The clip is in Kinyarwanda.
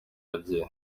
kageyo